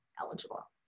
eligible